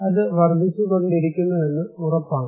അത് വർദ്ധിച്ചുകൊണ്ടിരിക്കുന്നുവെന്ന് ഉറപ്പാണ്